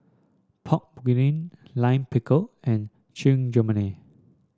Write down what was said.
Pork Bulgogi Lime Pickle and Chigenabe